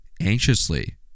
anxiously